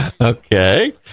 Okay